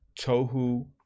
Tohu